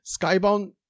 Skybound